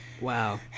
Wow